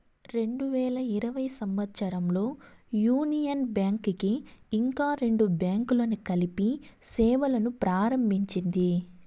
రెండు వేల ఇరవై సంవచ్చరంలో యూనియన్ బ్యాంక్ కి ఇంకా రెండు బ్యాంకులను కలిపి సేవలును ప్రారంభించింది